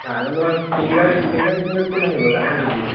নাজানো আৰু চিংগাৰ চিংগাৰ তিংগাৰ কোনে আহিব জানা নেকি